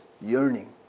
yearning